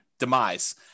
demise